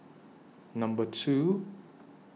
Number two